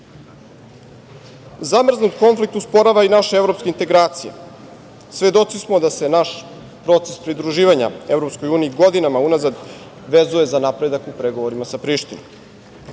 Kosovu. Zamrznut konflikt usporava i naše evropske integracije. Svedoci smo da se naš proces pridruživanja EU godinama unazad vezuje za napredak u pregovorima sa Prištinom. Sa